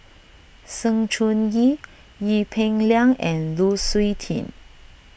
Sng Choon Yee Ee Peng Liang and Lu Suitin